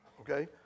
Okay